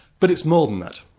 but it's more than that.